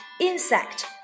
insect